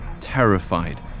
terrified